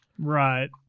Right